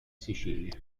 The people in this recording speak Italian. sicilia